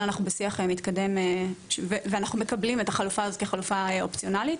אנחנו בשיח מתקדם ואנחנו מקבלים את החלופה כחלופה אופציונלית.